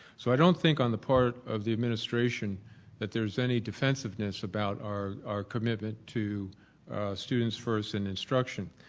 so i don't think on the part of the administration that there is any defensiveness about our our commitment to students first and instruction.